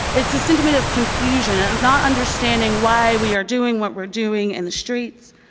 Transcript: it's a sentiment of confusion and not understanding why we're doing what we're doing in the streets.